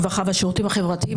הרווחה והשירותים החברתיים,